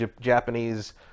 Japanese